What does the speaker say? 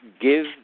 give